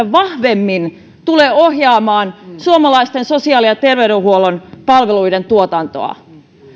vahvemmin tulee ohjaamaan suomalaisten sosiaali ja terveydenhuollon palveluiden tuotantoa